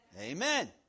Amen